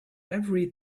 every